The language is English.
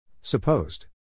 Supposed